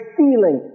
feeling